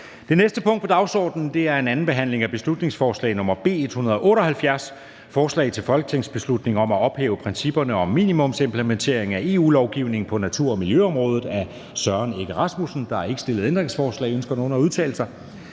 Det næste punkt på dagsordenen er: 72) 2. (sidste) behandling af beslutningsforslag nr. B 178: Forslag til folketingsbeslutning om at ophæve principperne om minimumsimplementering af EU-lovgivning på natur- og miljøområdet. Af Søren Egge Rasmussen (EL) m.fl. (Fremsættelse 01.03.2024. 1.